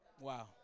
wow